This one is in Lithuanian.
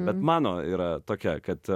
bet mano yra tokia kad